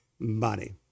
body